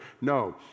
No